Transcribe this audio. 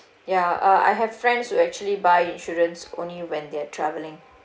ya uh I have friends who actually buy insurance only when they're traveling